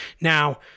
Now